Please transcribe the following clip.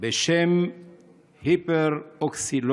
שלחתי לך את הדוח.